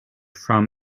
from